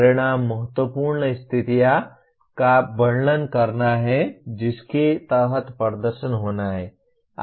परिणाम महत्वपूर्ण स्थितियों यदि कोई का वर्णन करता है जिसके तहत प्रदर्शन होना है